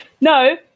No